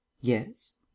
yes